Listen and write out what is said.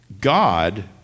God